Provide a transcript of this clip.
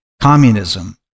communism